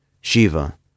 Shiva